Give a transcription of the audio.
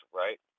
right